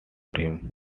him